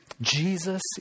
Jesus